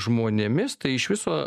žmonėmis tai iš viso